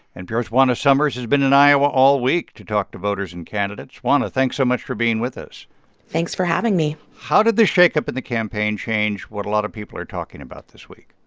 npr's juana summers has been in iowa all week to talk to voters and candidates. juana, thanks so much for being with us thanks for having me how did the shakeup in the campaign change what a lot of people are talking about this week?